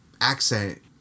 accent